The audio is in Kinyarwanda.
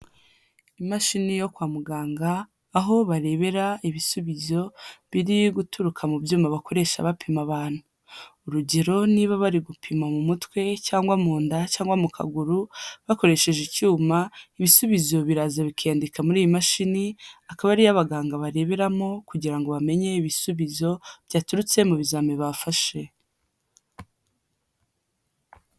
Imashini yo kwa muganga aho barebera ibisubizo biri guturuka mu byuma bakoresha bapima abantu. Urugero niba bari gupima mu mutwe cyangwa mu nda cyangwa mu kaguru bakoresheje icyuma, ibisubizo biraza bikiyandika muri iyi mashini, akaba ari yo abaganga bareberamo kugira ngo bamenye ibisubizo byaturutse mu bizami bafashe.